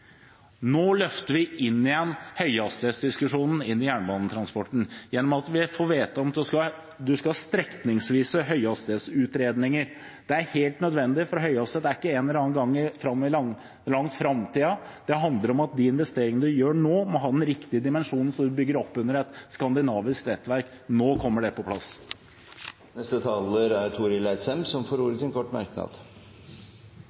Nå løfter vi høyhastighetsdiskusjonen inn i jernbanetransporten igjen, gjennom at vi får vedtak om at vi skal ha strekningsvise høyhastighetsutredninger. Det er helt nødvendig, for høyhastighet er ikke en eller annen gang langt fram i framtiden. Det handler om at de investeringene man gjør nå, må ha den riktige dimensjonen, slik at man bygger opp under et skandinavisk nettverk. Nå kommer det på plass. Representanten Torill Eidsheim har hatt ordet to ganger tidligere og får